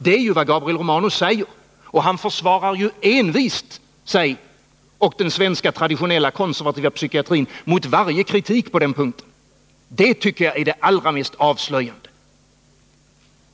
Det är ju vad Gabriel Romanus säger, och han försvarar envist sig och den svenska traditionella konservativa psykiatrin mot varje form av kritik på den punkten. Det tycker jag är det allra mest avslöjande.